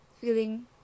feeling